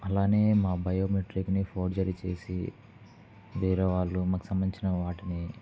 అలానే మా బయోమెట్రిక్ని ఫోర్జరీ చేసి వేరేవాళ్ళు మాకు సంబంధించిన వాటిని